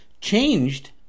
changed